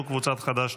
חברי הכנסת